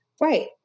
Right